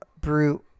brute